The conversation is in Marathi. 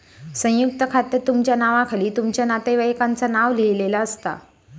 संयुक्त खात्यात तुमच्या नावाखाली तुमच्या नातेवाईकांचा नाव लिहिलेला असता